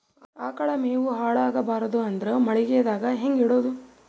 ಆಕಳ ಮೆವೊ ಹಾಳ ಆಗಬಾರದು ಅಂದ್ರ ಮಳಿಗೆದಾಗ ಹೆಂಗ ಇಡೊದೊ?